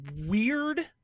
weird